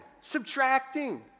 subtracting